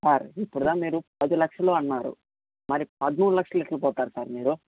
sir ఇప్పుడు దాకా మీరు పది లక్షలు అన్నారు మరి పదమూడు లక్షలకి పోతారు సార్ మీరు